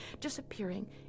disappearing